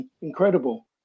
incredible